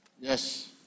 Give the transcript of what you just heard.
Yes